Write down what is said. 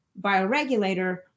bioregulator